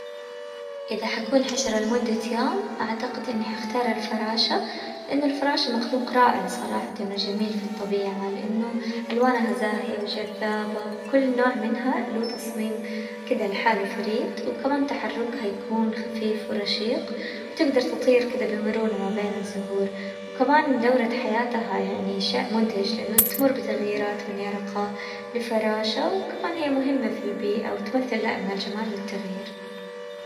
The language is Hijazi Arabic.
اذا حكون حشرة لمدة يوم اعتقد اني حختار الفراشة، لان الفراشة مخلوق رائع صراحة انه جميل في الطبيعة، لانه الوانها زاهية وجذابة وكل نوع منها له تصميم كذا لحاله فريد، وكمان تحركها يكون خفيف ورشيق وتقدر تطير كذا بمرونة ما بين الزهور، وكمان دورة حياتها يعني شيء مدهش لانه تمر بتغييرات من يرقة لفراشة، وكمان هي مهمة في البيئة وتمثل دائما الجمال والتغيير.